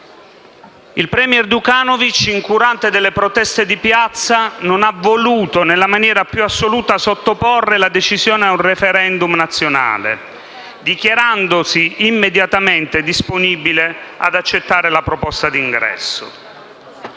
Il *premier* Djukanovic, incurante delle proteste di piazza, non ha voluto nella maniera più assoluta sottoporre la decisione a un *referendum* nazionale, dichiarandosi immediatamente disponibile ad accettare la proposta di ingresso.